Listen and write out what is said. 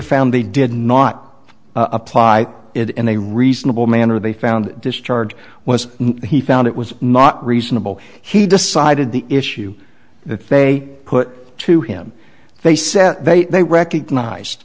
or found they did not apply it in a reasonable manner they found discharge was he found it was not reasonable he decided the issue that they put to him they said they recognize